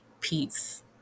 peace